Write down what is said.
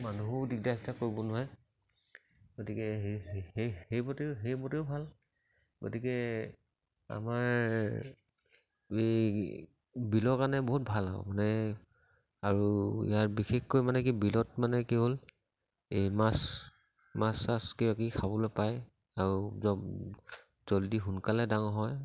মানুহো দিগদাৰ চিগদাৰ কৰিব নোৱাৰে গতিকে সেইমতেও সেইমতেও ভাল গতিকে আমাৰ এই বিলৰ কাৰণে বহুত ভাল আৰু মানে আৰু ইয়াৰ বিশেষকৈ মানে কি বিলত মানে কি হ'ল এই মাছ মাছ চাছ কিবাকিবি খাবলৈ পায় আৰু জলদি সোনকালে ডাঙৰ হয়